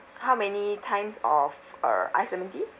how many times of err iced lemon tea